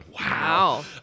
Wow